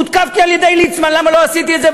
הותקפתי על-ידי ליצמן למה לא עשיתי את זה,